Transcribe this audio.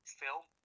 film